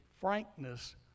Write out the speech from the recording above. frankness